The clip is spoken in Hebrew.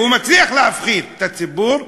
והוא מצליח להפחיד את הציבור,